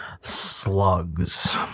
slugs